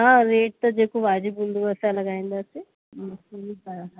हा रेट त जेको वाजिबु हूंदो असां लॻाईंदासीं जी हा